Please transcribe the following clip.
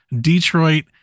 Detroit